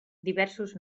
diversos